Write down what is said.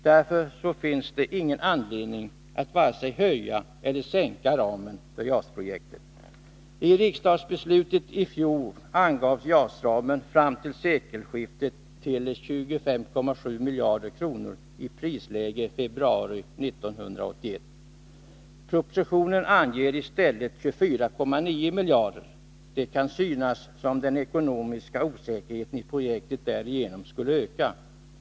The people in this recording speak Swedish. Därför finns det ingen anledning att vare sig öka eller minska ramen för JAS-projektet. Propositionen anger i stället 24,9 miljarder. Det kan synas som om den ekonomiska osäkerheten i projektet därigenom skulle öka.